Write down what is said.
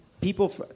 people